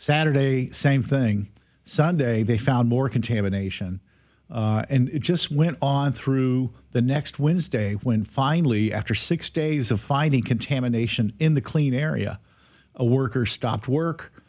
saturday same thing sunday they found more contamination and it just went on through the next wednesday when finally after six days of finding contamination in the clean area a worker stopped